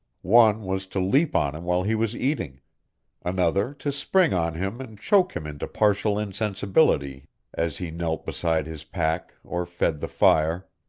one was to leap on him while he was eating another to spring on him and choke him into partial insensibility as he knelt beside his pack or fed the fire